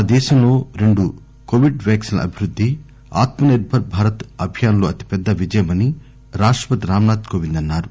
మనదేశంలో రెండు కోవిడ్ వ్యాక్సిన్ల అభివృద్ధి ఆత్మనిర్బర్ భారత్ అభియాన్లో అతిపెద్ద విజయమని రాష్టపతి రామ్నాథ్ కోవింద్ అన్నారు